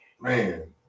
Man